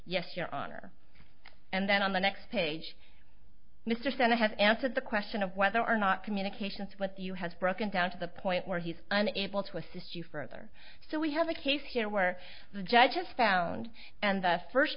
yes your honor and then on the next page mr stener has answered the question of whether or not communications with you has broken down to the point where he's unable to assist you further so we have a case here where the judge is found and the first